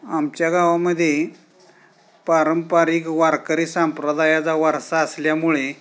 आमच्या गावामध्ये पारंपरिक वारकरी सांप्रदायाचा वारसा असल्यामुळे